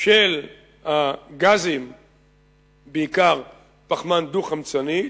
של גז פחמן דו-חמצני,